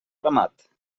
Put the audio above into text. ramat